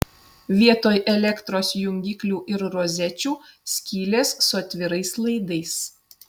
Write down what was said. vietoj elektros jungiklių ir rozečių skylės su atvirais laidais